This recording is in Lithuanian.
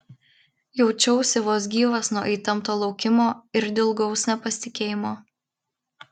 jaučiausi vos gyvas nuo įtempto laukimo ir dilgaus nepasitikėjimo